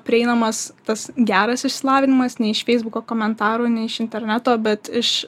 prieinamas tas geras išsilavinimas nei iš feisbuko komentarų nei iš interneto bet iš